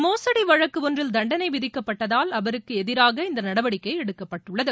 மோசடி வழக்கு ஒன்றில் தண்டனை விதிக்கப்பட்டதால் அவருக்கு எதிராக இந்த நடவடிக்கை எடுக்கப்பட்டுள்ளது